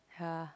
ya